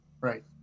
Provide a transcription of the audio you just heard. Right